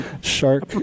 Shark